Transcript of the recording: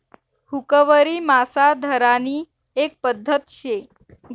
हुकवरी मासा धरानी एक पध्दत शे